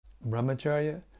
brahmacharya